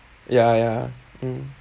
ya ya mm